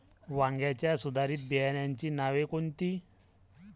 वांग्याच्या सुधारित बियाणांची नावे कोनची?